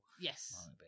Yes